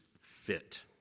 fit